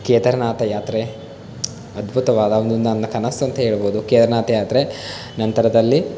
ಕೇದಾರನಾಥ ಯಾತ್ರೆ ಅದ್ಭುತವಾದ ಒಂದು ನನ್ನ ಕನಸಂತ ಹೇಳ್ಬೋದು ಕೇದಾರನಾಥ ಯಾತ್ರೆ ನಂತರದಲ್ಲಿ